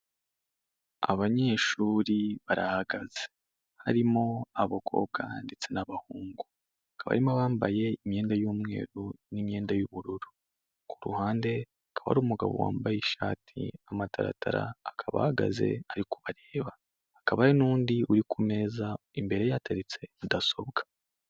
Abanyeshuri barahagaze, harimo abakobwa ndetse n'abahungu, hakaba harimo bambaye imyenda y'umweru n'imyenda y'ubururu, ku ruhande hakaba hari umugabo wambaye ishati, amataratara akaba ahagaze ari kubareba, hakaba hari n'undi uri ku meza imbere ye hateretse mudasobwa.